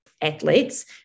athletes